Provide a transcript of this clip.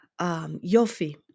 Yofi